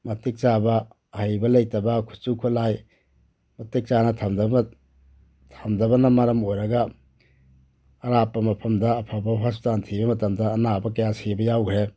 ꯃꯇꯤꯛ ꯆꯥꯕ ꯑꯍꯩꯕ ꯂꯩꯇꯕ ꯈꯨꯠꯁꯨ ꯈꯨꯠꯂꯥꯏ ꯃꯇꯤꯛ ꯆꯥꯅ ꯊꯝꯗꯕꯅ ꯃꯔꯝ ꯑꯣꯏꯔꯒ ꯑꯔꯥꯞꯄ ꯃꯐꯝꯗ ꯑꯐꯕ ꯍꯣꯁꯄꯤꯇꯥꯟ ꯊꯤꯕ ꯃꯇꯝꯗ ꯑꯅꯥꯕ ꯀꯌꯥ ꯁꯤꯕ ꯌꯥꯎꯈ꯭ꯔꯦ